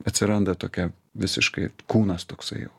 atsiranda tokia visiškai kūnas toksai jau